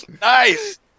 Nice